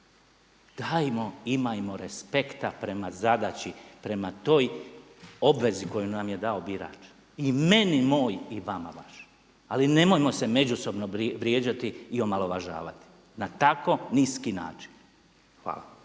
Dajmo imajmo respekta prema zadaći, prema toj obvezi koju nam je dao birač i meni moj i vama vaš. Ali nemojmo se međusobno vrijeđati i omalovažavati na tako niski način. Hvala.